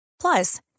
Plus